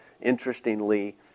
Interestingly